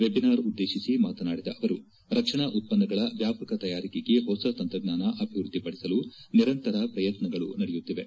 webinar ಉದ್ದೇಶಿಸಿ ಮಾತನಾಡಿದ ಅವರು ರಕ್ಷಣಾ ಉತ್ಪನ್ನಗಳ ವ್ಯಾಪಕ ತಯಾರಿಕೆಗೆ ಹೊಸ ತಂತ್ರಜ್ಞಾನ ಅಭಿವೃದ್ವಿಪಡಿಸಲು ನಿರಂತರ ಪ್ರಯತ್ನಗಳು ನಡೆಯುತ್ತಿವೆ